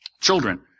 Children